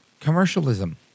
commercialism